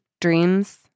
dreams